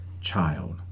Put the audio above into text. child